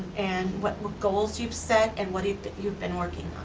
and what goals you've set, and what you've been you've been working